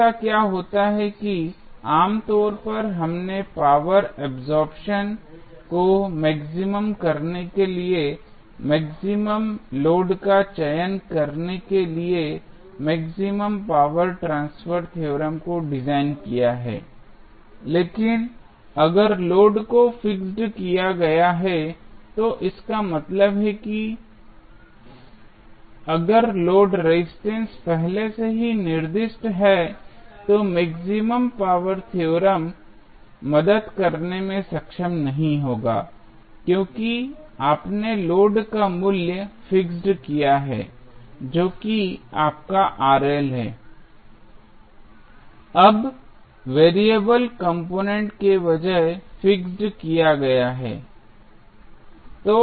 ऐसा क्या होता है कि आम तौर पर हमने पावर अब्सॉर्प्शन को मैक्सिमम करने के लिए मैक्सिमम लोड का चयन करने के लिए मैक्सिमम पावर ट्रांसफर थ्योरम को डिज़ाइन किया है लेकिन अगर लोड को फिक्स्ड किया गया है तो इसका मतलब है अगर लोड रेजिस्टेंस पहले से ही निर्दिष्ट है तो मैक्सिमम पावर थ्योरम मदद करने में सक्षम नहीं होगा क्यों क्योंकि आपने लोड का मूल्य फिक्स्ड किया है जो कि आपका है अब वेरिएबल कम्पोनेंट के बजाय फिक्स्ड किया गया है